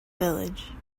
village